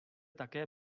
také